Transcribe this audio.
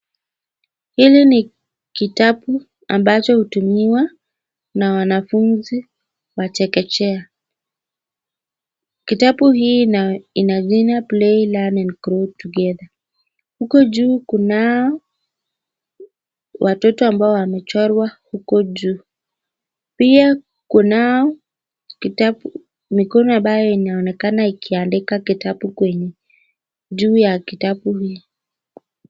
Hili ni kitabu ambacho hutumiwa na wanafunzi wa chekechea. Kitabu hii ina jina play learn and grow together . Huko juu kunao watoto ambao wamechorwa huko juu. Pia kunao mikono ambao inaonekana ikiandika kitabu kwenye juu ya kitabu hii.